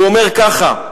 הוא אומר ככה: